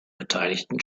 beteiligten